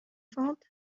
fault